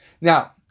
Now